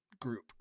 group